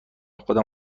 خودم